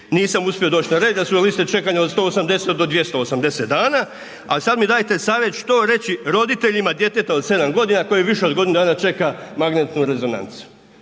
nisam uspio doći na red, jer su vam liste čekanja od 180 do 280 dana ali sada mi dajte savjet što reći roditeljima djeteta od 7 godina koji više od godinu dana čeka magnetnu rezonancu?